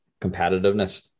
competitiveness